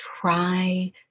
try